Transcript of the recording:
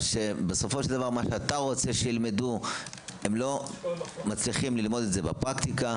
שבסופו של דבר מה שאתה רוצה שילמדו הם לא מצליחים ללמוד את זה בפרקטיקה.